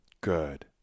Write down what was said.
Good